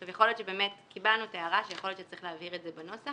אז אתם סוג של סולק אם כך,